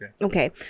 Okay